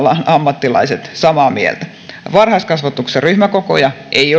ammattilaiset samaa mieltä varhaiskasvatuksen ryhmäkokoja ei